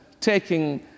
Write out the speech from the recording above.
taking